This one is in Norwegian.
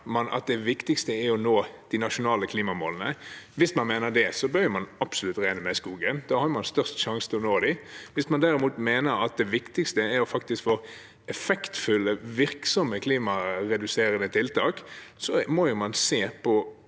at det viktigste er å nå de nasjonale klimamålene? Hvis man mener det, bør man absolutt regne med skogen, da har man størst sjanse til å nå dem. Hvis man derimot mener at det viktigste faktisk er å få effektfulle, virksomme klimareduserende tiltak, må man se på